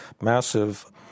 massive